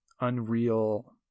unreal